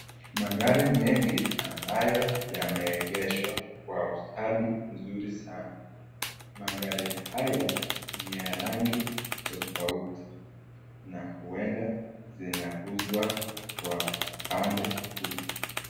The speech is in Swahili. Magari mengi ambayo yameegeshwa kwa ustadi vizuri sana. Magari haya, ni ya rangi tofauti, na huenda zinauzwa kwa upande huu.